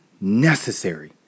necessary